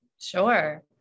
Sure